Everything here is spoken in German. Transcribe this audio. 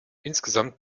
insgesamt